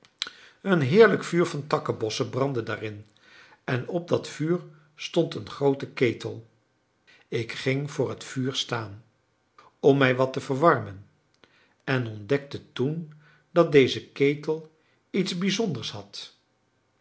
een heerlijk vuur van takkenbossen brandde daarin en op dat vuur stond een groote ketel ik ging voor het vuur staan om mij wat te verwarmen en ontdekte toen dat deze ketel iets bijzonders had